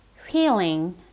Feeling